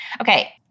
Okay